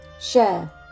share